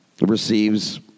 receives